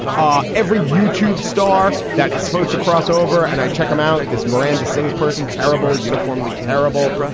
ah every youtube star that is supposed to cross over and i check them out this miranda sings person. terrible, uniformly terrible.